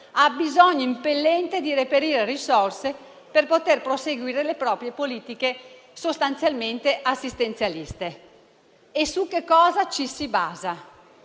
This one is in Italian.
ha bisogno impellente di reperire risorse per poter proseguire le proprie politiche sostanzialmente assistenzialiste. Su che cosa ci si basa?